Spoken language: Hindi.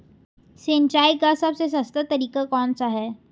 सिंचाई का सबसे सस्ता तरीका कौन सा है?